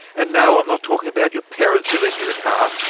and no, i'm not talking about your parents who lent you the car.